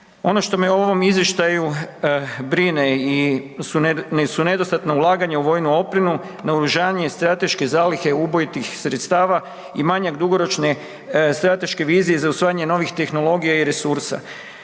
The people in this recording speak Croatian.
Ono što me u ovom izvještaju brine su nedostatna ulaganja u vojnu opremu, naoružanje i strateške zalihe ubojitih sredstava i manjak dugoročne strateške vizije za usvajanje novih tehnologija i resursa.